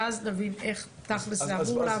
ואז נבין איך תכל'ס זה אמור לעבוד.